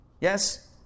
Yes